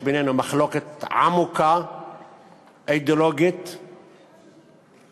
יש בינינו מחלוקת אידיאולוגית עמוקה,